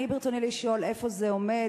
ברצוני לשאול: איפה זה עומד?